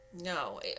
no